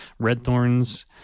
Redthorn's